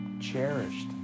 cherished